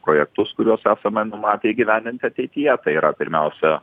projektus kuriuos esame numatę įgyvendinti ateityje tai yra pirmiausia